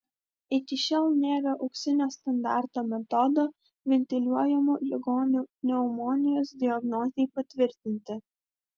iki šiol nėra auksinio standarto metodo ventiliuojamų ligonių pneumonijos diagnozei patvirtinti